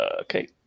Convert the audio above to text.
Okay